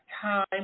time